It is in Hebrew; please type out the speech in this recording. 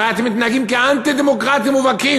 הרי אתם מתנהגים כאנטי-דמוקרטים מובהקים.